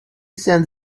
sent